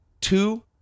two